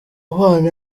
bana